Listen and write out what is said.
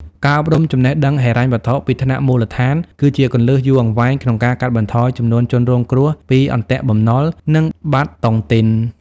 ការអប់រំចំណេះដឹងហិរញ្ញវត្ថុពីថ្នាក់មូលដ្ឋាន គឺជាគន្លឹះយូរអង្វែងក្នុងការកាត់បន្ថយចំនួនជនរងគ្រោះពី "អន្ទាក់បំណុល" និង "បាត់តុងទីន"។